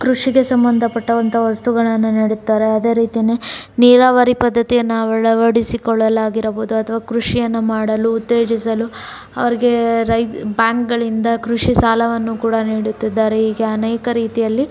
ಕೃಷಿಗೆ ಸಂಬಂಧಪಟ್ಟಂಥ ವಸ್ತುಗಳನ್ನ ನೀಡುತ್ತಾರೆ ಅದೇ ರೀತಿಯೇ ನೀರಾವರಿ ಪದ್ಧತಿಯನ್ನು ಅಳವಡಿಸಿಕೊಳ್ಳಲಾಗಿರಬಹುದು ಅಥವಾ ಕೃಷಿಯನ್ನು ಮಾಡಲು ಉತ್ತೇಜಿಸಲು ಅವರಿಗೆ ರೈ ಬ್ಯಾಂಕ್ಗಳಿಂದ ಕೃಷಿ ಸಾಲವನ್ನು ಕೂಡ ನೀಡುತ್ತಿದ್ದಾರೆ ಹೀಗೆ ಅನೇಕ ರೀತಿಯಲ್ಲಿ